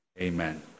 amen